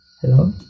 Hello